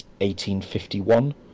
1851